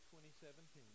2017